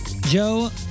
Joe